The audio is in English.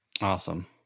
Awesome